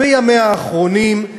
בימיה האחרונים,